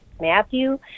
Matthew